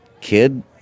kid